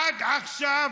עד עכשיו